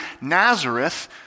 Nazareth